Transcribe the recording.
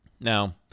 Now